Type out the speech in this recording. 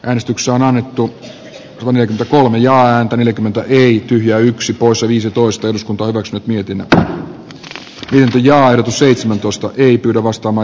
äänestyksiä on annettu omia kulujaan neljäkymmentä ei ja yksi poissa viisitoista kakskyt miettimättä hyvin ja seitsemäntoista viipylavastama